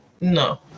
No